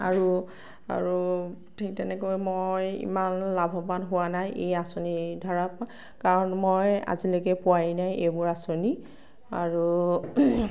আৰু আৰু ঠিক তেনেকৈ মই ইমান লাভৱান হোৱা নাই এই আচঁনিৰ দ্বাৰা কাৰণ মই আজিলৈকে পোৱাই নাই এইবোৰ আচঁনি আৰু